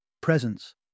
presence